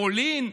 פולין,